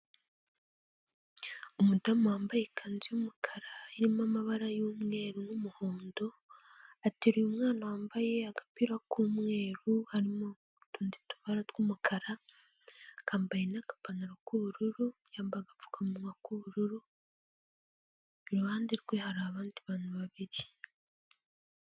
Umudamu wambaye ikanzu y'umukara irimo amabara y'umweru n'umuhondo ateruye umwana wambaye agapira k'umweru harimo utundi tw'umukara, kambaye n'agapantaro k'ubururu, yambaye agapfukamunwa k'ubururu, iruhande rwe hari abandi bantu babiri.